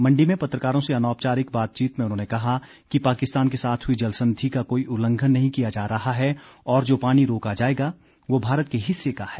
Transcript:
मंडी में पत्रकारों से अनौपचारिक बातचीत में उन्होंने कहा कि पाकिस्तान के साथ हई जलसंधि का कोई उल्लघंन नहीं किया जा रहा है और जो पानी रोका जाएगा वो भारत के हिस्से का है